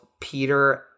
Peter